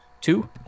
two